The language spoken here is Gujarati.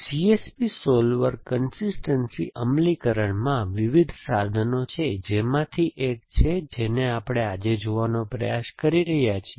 C S P solver consistency અમલીકરણમાં વિવિધ સાધનો છે જેમાંથી એક છે જેને આપણે આજે જોવાનો પ્રયાસ કરી રહ્યા છીએ